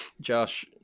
Josh